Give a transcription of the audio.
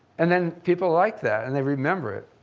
and then, people like that and they remember it.